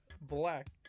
black